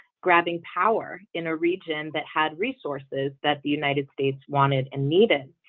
grabbing power in a region that had resources that the united states wanted and needed.